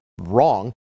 wrong